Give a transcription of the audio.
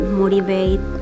motivate